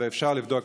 ואפשר לבדוק,